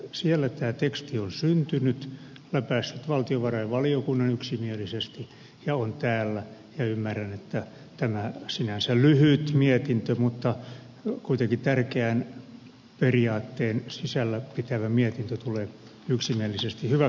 eli siellä tämä teksti on syntynyt läpäissyt valtiovarainvaliokunnan yksimielisesti ja on täällä ja ymmärrän että tämä sinänsä lyhyt mutta kuitenkin tärkeän periaatteen sisällään pitävä mietintö tulee yksimielisesti hyväksytyksi